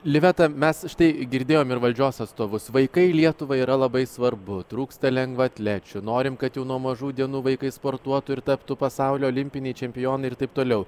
liveta mes štai girdėjom ir valdžios atstovus vaikai lietuvai yra labai svarbu trūksta lengvaatlečių norim kad jau nuo mažų dienų vaikai sportuotų ir taptų pasaulio olimpiniai čempionai ir taip toliau